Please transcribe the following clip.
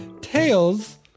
Tails